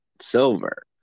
silver